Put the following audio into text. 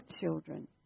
children